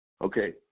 Okay